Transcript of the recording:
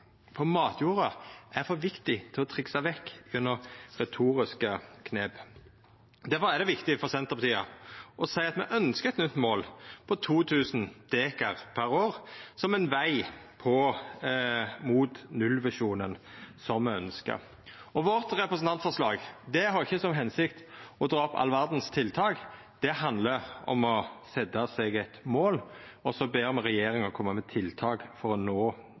Matjorda er for viktig til å verta triksa vekk gjennom retoriske knep. Difor er det viktig for Senterpartiet å seia at me ønskjer eit nytt mål på 2 000 dekar per år, som ein veg mot nullvisjonen, som me ønskjer. Representantforslaget vårt har ikkje til hensikt å dra opp all verdas tiltak; det handlar om å setja seg eit mål, og så ber me regjeringa koma med tiltak for å nå